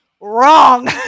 wrong